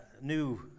new